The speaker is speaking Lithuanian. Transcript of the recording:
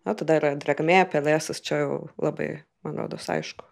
o tada yra drėgmė pelėsis čia jau labai man rodos aišku